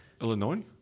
Illinois